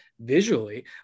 visually